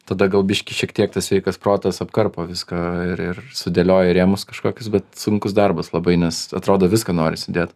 tada gal biškį šiek tiek tas sveikas protas apkarpo viską ir ir sudėlioja į rėmus kažkokius bet sunkus darbas labai nes atrodo viską nori sudėt